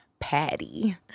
patty